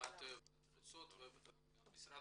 והתפוצות --- גם משרד